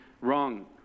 wrong